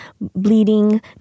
bleeding